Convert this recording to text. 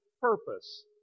purpose